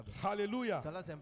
Hallelujah